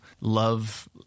love